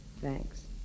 Thanks